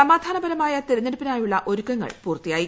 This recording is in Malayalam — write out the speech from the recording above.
സമാധാനപരമായ തെരഞ്ഞെടുപ്പിനായുള്ള ഒരുക്കങ്ങൾ പൂർത്തിയാ യി